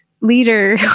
leader